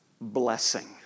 blessing